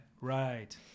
right